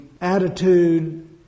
attitude